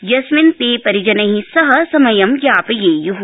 यस्मिनप्ते परिजनैः सह समयं यापयेय्ः